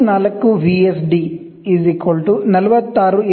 D 46 M